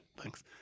thanks